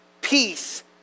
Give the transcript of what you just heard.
peace